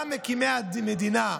גם מקימי המדינה,